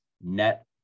net